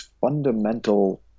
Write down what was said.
fundamental